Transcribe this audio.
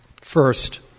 First